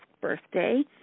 birthday